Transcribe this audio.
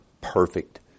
perfect